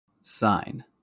Sign